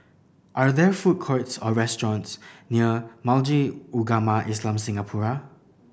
are there food courts or restaurants near Majli Ugama Islam Singapura